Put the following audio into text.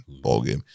ballgame